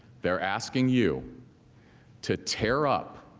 they are asking you to tear up